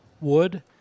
wood